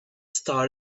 start